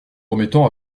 remettant